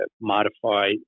modify